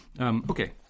Okay